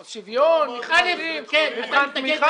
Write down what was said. שוויון, מבחן תמיכה.